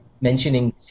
mentioning